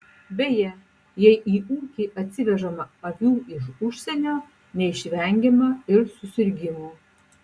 beje jei į ūkį atsivežama avių iš užsienio neišvengiama ir susirgimų